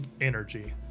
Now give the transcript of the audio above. energy